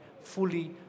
fully